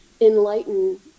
enlighten